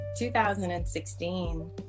2016